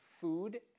food